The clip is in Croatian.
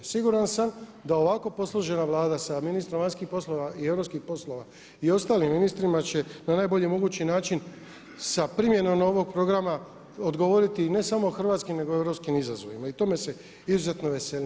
Siguran sam da ovako posložena Vlada sa ministrom vanjskih poslova i europskih poslova i ostalim ministrima će na najbolji mogući način sa primjenom novog programa odgovoriti ne samo hrvatskim nego i europskim izazovima i tome se izuzetno veselim.